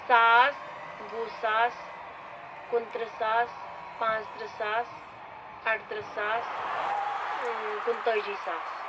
ساس وُہ ساس کُنتٕرٛہ ساس پانٛژھ تٕرٛہ ساس اَرترٕہ ساس کُنتٲجی ساس